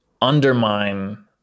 undermine